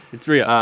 it's real.